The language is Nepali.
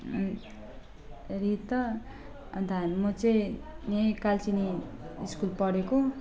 रीता अन्त हामी म चैँ यैँ कालचिनी स्कुल पढेको